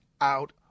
out